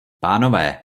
pánové